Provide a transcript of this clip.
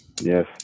Yes